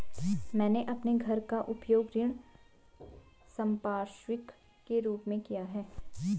मैंने अपने घर का उपयोग ऋण संपार्श्विक के रूप में किया है